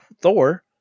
Thor